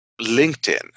LinkedIn